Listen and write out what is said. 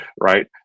right